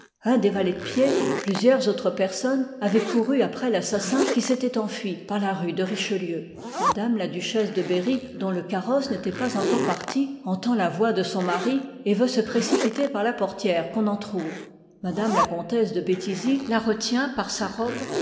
un des valets de pied plusieurs autres personnes avoient couru ip faut après l'assassin qui s'étoit enfui par la rue i iv il de pvichelieu m la duchesse de berry dont le carrosse n'étoit pas encore parti entend la voix de son mari et veut se précipiter par la portière qu'on entr'ouvre m la comtesse de béthizy la retient par sa robe